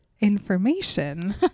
information